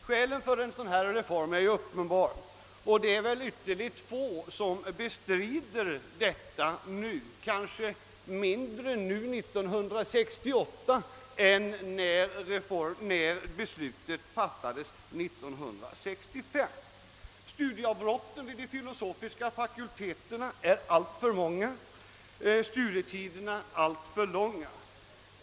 Skälen för en sådan reform är uppenbara, och det är väl ytterligt få som bestrider detta nu, kanske färre nu 1968 än när beslutet fattades 1965. Studieavbrotten vid de filosofiska fakulteterna är alltför många, studietiderna alltför långa.